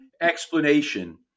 explanation